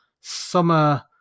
summer